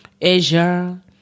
Asia